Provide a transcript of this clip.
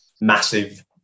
massive